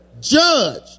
Judge